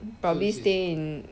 probably stay in